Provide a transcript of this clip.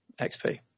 XP